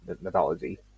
mythology